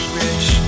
rich